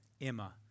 Emma